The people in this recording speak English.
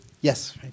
Yes